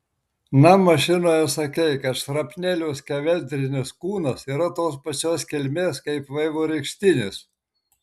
na mašinoje sakei kad šrapnelių skeveldrinis kūnas yra tos pačios kilmės kaip vaivorykštinis